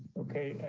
okay,